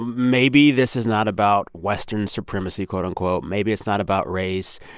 maybe this is not about western supremacy, quote, unquote? maybe it's not about race.